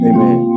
Amen